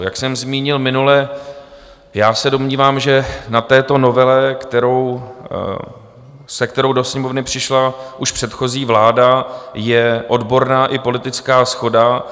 Jak jsem zmínil minule, já se domnívám, že na této novele, se kterou do Sněmovny přišla už předchozí vláda, je odborná i politická shoda.